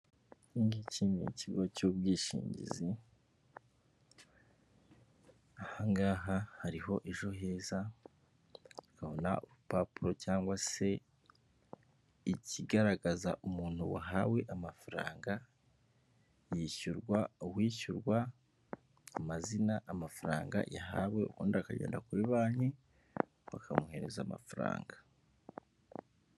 Iki ngiki ni ikigo cy'ubwishingizi, aha ngaha hariho ejo heza ukabona urupapuro cyangwa se ikigaragaza umuntu wahawe amafaranga yishyurwa, uwishyurwa amazina amafaranga yahawe, ubundi akagenda kuri banki bakamuhereza amafaranga.